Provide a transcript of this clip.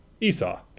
esau